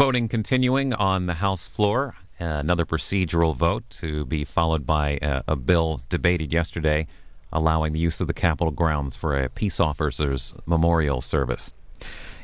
voting continuing on the house floor another procedural vote to be followed by a bill debated yesterday allowing the use of the capitol grounds for a peace officers memorial service